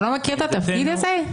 אני לא מכיר את התפקיד הזה.